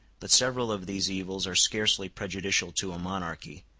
but several of these evils are scarcely prejudicial to a monarchy,